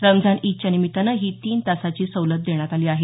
रमझान ईदच्या निमित्तानं ही तीन तासाची सवलत देण्यात आली आहे